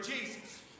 Jesus